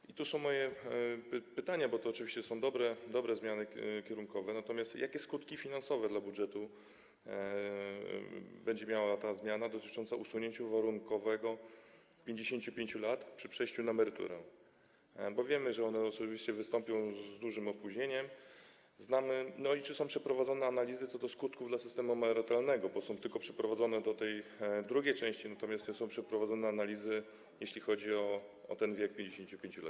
I tu są moje pytania, bo to oczywiście są dobre zmiany kierunkowe, natomiast jakie skutki finansowe dla budżetu będzie miała ta zmiana dotycząca usunięcia warunku skończenia 55 lat przy przejściu na emeryturę, a wiemy, że one oczywiście wystąpią z dużym opóźnieniem, i czy są przeprowadzone analizy co do skutków tego dla systemu emerytalnego, bo są tylko przeprowadzone dla tej drugiej części, natomiast nie są przeprowadzone analizy, jeśli chodzi o ten wiek 55 lat?